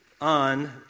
on